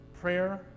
prayer